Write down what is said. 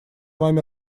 вами